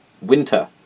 winter